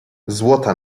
złota